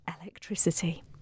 Electricity